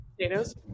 potatoes